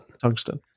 tungsten